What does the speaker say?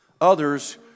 others